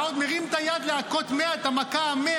אתה עוד מרים את היד להכות את המכה ה-100,